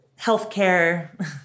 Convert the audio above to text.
healthcare